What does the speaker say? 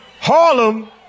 harlem